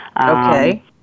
Okay